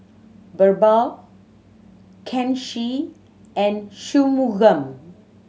Birbal Kanshi and Shunmugam